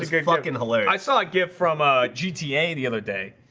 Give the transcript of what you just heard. remarking hilaire i saw a gift from ah gta the other day,